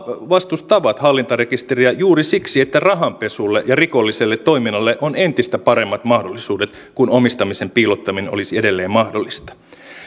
vastustavat hallintarekisteriä juuri siksi että rahanpesulle ja rikolliselle toiminnalle on entistä paremmat mahdollisuudet kun omistamisen piilottaminen olisi edelleen mahdollista